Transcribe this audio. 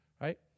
right